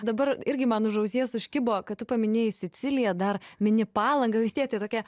dabar irgi man už ausies užkibo kad tu paminėjai siciliją dar mini palangą vis tiek tie tokie